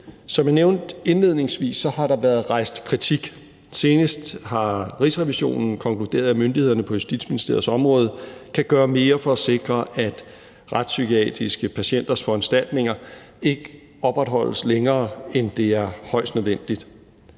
Som jeg nævnte indledningsvis, har der været rejst kritik. Senest har Rigsrevisionen konkluderet, at myndighederne på Justitsministeriets område kan gøre mere for at sikre, at retspsykiatriske patienters foranstaltninger ikke opretholdes længere, end det er højst nødvendigt.